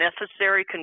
necessary